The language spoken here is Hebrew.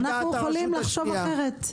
אנחנו יכולים לחשוב אחרת.